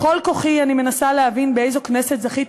בכל כוחי אני מנסה להבין באיזו כנסת זכיתי